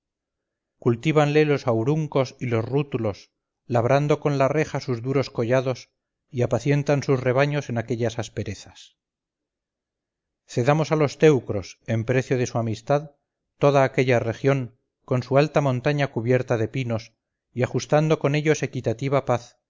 sicilianos cultívanle los auruncos y los rútulos labrando con la reja sus duros collados y apacientan sus rebaños en aquellas asperezas cedamos a los teucros en precio de su amistad toda aquella región con su alta montaña cubierta de pinos y ajustando con ellos equitativa paz